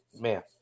man